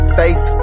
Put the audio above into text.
face